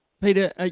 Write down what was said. Peter